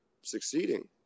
succeeding